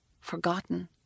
Forgotten